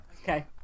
okay